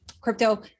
crypto